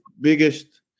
biggest